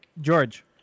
George